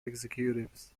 executives